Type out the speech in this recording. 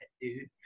dude